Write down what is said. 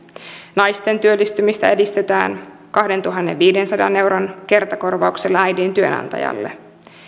naisten työllistymistä edistetään kahdentuhannenviidensadan euron kertakorvauksella äidin työnantajalle